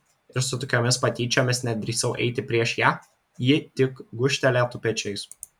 ir su tokiomis patyčiomis nedrįsau eiti prieš ją ji tik gūžtelėtų pečiais